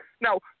Now